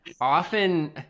Often